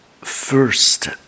first